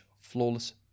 Flawless